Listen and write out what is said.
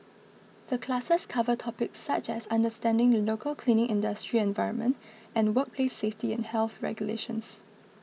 the classes cover topics such as understanding the local cleaning industry environment and workplace safety and health regulations